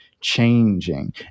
changing